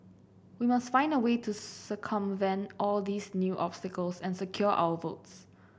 we must find a way to circumvent all these new obstacles and secure our votes